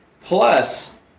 plus